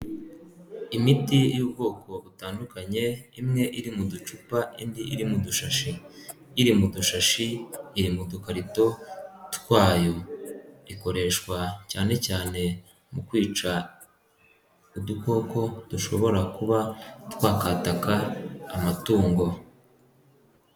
Imiti y'ubwoko butandukanye imwe iri mu ducupa indi iri mu dushashi, iri mu dushashi iri mu dukarito twayo, ikoreshwa cyane cyane mu kwica udukoko dushobora kuba twakataka amatungo.